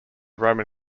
roman